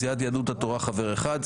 סיעת יהדות התורה חבר אחד,